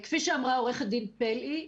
כפי שאמרה עו"ד פלאי,